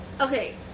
Okay